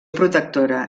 protectora